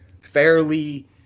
fairly